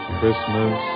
Christmas